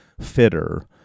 fitter